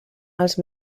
als